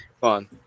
fun